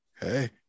Hey